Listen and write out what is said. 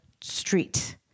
street